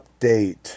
update